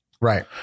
right